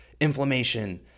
inflammation